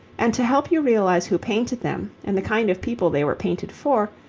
and to help you realize who painted them and the kind of people they were painted for,